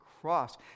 cross